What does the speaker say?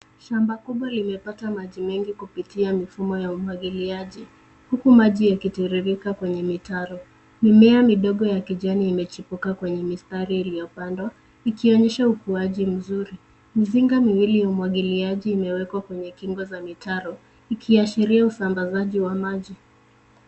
Shamba kubwa limepata maji mengi kupitia mifumo wa umwagiliaji huku maji yakitiririka kwenye mitaro. Mimea midogo ya kijani imechipuka kwenye mistari iliyopandwa ikionyesha ukuaji mzuri. Mzinga miwili ya umwagiliaji imewekwa kwenye kingo za mitaro ikiashiria usambazaji wa maji.